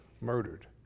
murdered